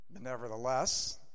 Nevertheless